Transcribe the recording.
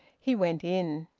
he went in.